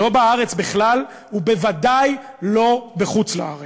לא בארץ בכלל, ובוודאי לא בחוץ-לארץ,